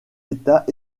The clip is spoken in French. etats